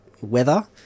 weather